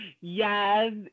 Yes